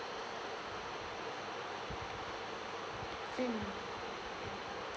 mm